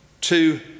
Two